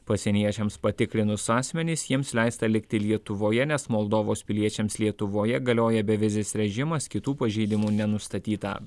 pasieniečiams patikrinus asmenis jiems leista likti lietuvoje nes moldovos piliečiams lietuvoje galioja bevizis režimas kitų pažeidimų nenustatyta